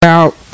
out